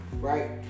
right